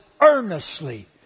earnestly